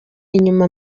inyuma